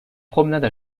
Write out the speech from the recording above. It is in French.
promenade